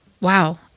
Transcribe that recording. Wow